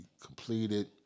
completed